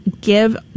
give